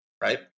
right